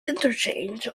interchange